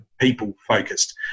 people-focused